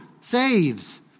saves